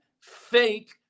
fake